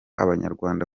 abanyarwanda